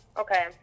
Okay